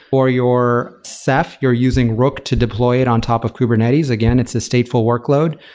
for your ceph, you're using rook to deploy it on top of kubernetes. again, it's the stateful workload.